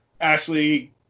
Ashley